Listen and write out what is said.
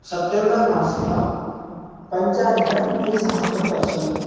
September मासः पञ्चाधिकद्विसहस्रं वर्षम्